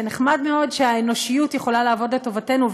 זה נחמד מאוד שהאנושיות יכולה לעבוד לטובתנו,